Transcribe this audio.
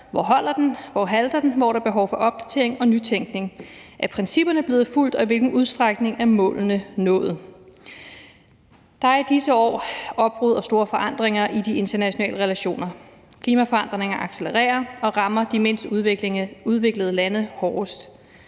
Hvor holder den, hvor halter den, hvor er der behov for opdatering og nytænkning, er principperne blevet fulgt, og i hvilken udstrækning er målene nået? Der er i disse år opbrud og store forandringer i de internationale relationer. Klimaforandringerne accelererer og rammer de mindst udviklede lande hårdest.